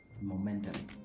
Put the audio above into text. momentum